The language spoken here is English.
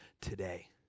today